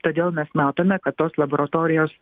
todėl mes matome kad tos laboratorijos